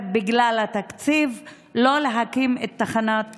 בגלל התקציב, לפי ההסבר, לא להקים את תחנת טירה.